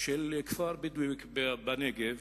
של כפר בדואי בנגב,